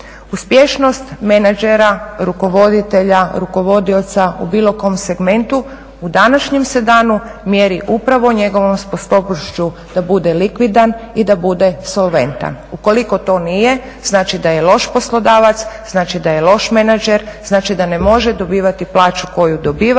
Uspješnost menadžera, rukovoditelja, rukovodioca u bilo kom segmentu u današnjem se danu mjeri upravo njegovom sposobnošću da bude likvidan i da bude solventan. Ukoliko to nije znači da je loš poslodavac, znači da je loš menadžer, znači da ne može dobivati plaću koju dobiva